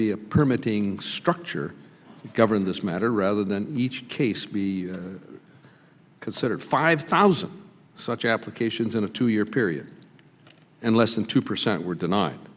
a permitting structure that govern this matter rather than each case be considered five thousand such applications in a two year period and less than two percent were denied